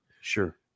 Sure